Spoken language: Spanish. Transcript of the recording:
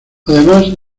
además